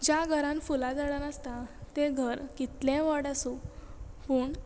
ज्या घरान फुलां झाडां नासतात तें घर कितलेंय व्हड आसूं पूण